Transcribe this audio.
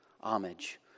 homage